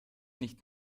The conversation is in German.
nicht